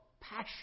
passion